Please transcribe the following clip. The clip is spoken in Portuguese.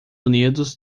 unidos